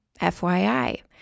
FYI